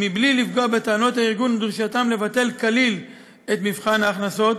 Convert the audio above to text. בלי לפגוע בטענות הארגון ודרישתם לבטל כליל את מבחן ההכנסות,